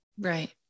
Right